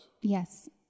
yes